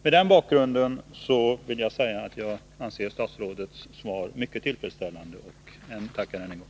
Mot den bakgrunden vill jag säga att jag anser statsrådets svar mycket tillfredsställande och tackar än en gång.